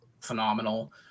phenomenal